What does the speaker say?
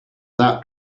that